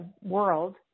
world